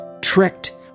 tricked